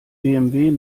bmw